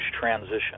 transition